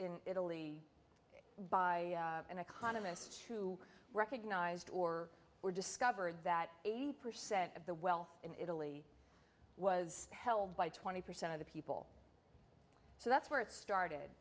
in italy by an economist who recognized or were discovered that eighty percent of the wealth in italy was held by twenty percent of the people so that's where it started